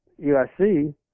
USC